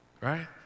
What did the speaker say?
Right